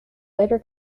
later